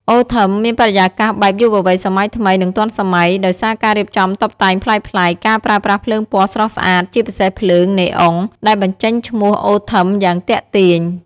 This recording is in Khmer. អូ ថឹម មានបរិយាកាសបែបយុវវ័យសម័យថ្មី និងទាន់សម័យ ដោយសារការរៀបចំតុបតែងប្លែកៗ ការប្រើប្រាស់ភ្លើងពណ៌ស្រស់ស្អាត ជាពិសេសភ្លើង ណេអុង ដែលបញ្ចេញឈ្មោះ អូ ថឹម យ៉ាងទាក់ទាញ។